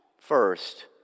first